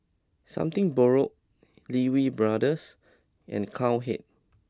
something Borrowed Lee Wee Brothers and Cowhead